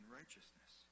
righteousness